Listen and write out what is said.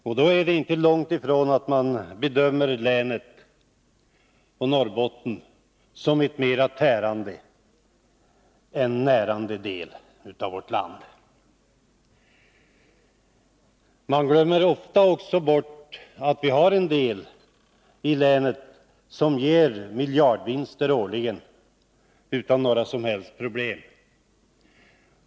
Och då är det inte långt ifrån att man bedömer Norrbotten som en mera tärande än närande del av vårt land. Man glömmer också ofta att vi har verksamhet i länet som ger miljardvinster årligen utan några som helst problem.